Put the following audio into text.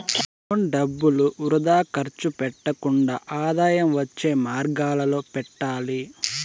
loan డబ్బులు వృథా ఖర్చు పెట్టకుండా ఆదాయం వచ్చే మార్గాలలో పెట్టాలి